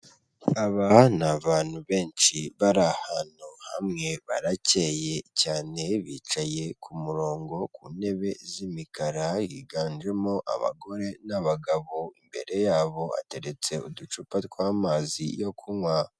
Aba ni abantu benshi bari ahantu hamwe, barakeye cyane bicaye ku murongo, ku ntebe z'imikara yiganjemo abagore n'abagabo, imbere yabo hateretse uducupa tw'amazi yo kunywa.